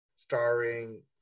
Starring